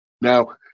Now